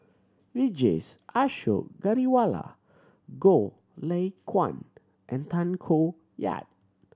Vijesh Ashok Ghariwala Goh Lay Kuan and Tay Koh Yat